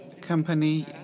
company